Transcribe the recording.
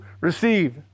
receive